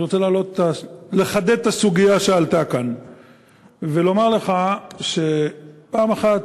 אני רוצה לחדד את הסוגיה שעלתה כאן ולומר לך שפעם אחת,